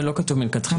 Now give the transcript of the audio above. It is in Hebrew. זה לא כתוב מלכתחילה.